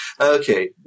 Okay